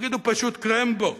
תגידו פשוט: קרמבו.